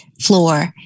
floor